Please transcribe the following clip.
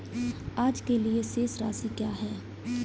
आज के लिए शेष राशि क्या है?